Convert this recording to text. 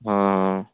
ହଁ